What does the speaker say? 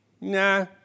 Nah